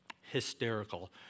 hysterical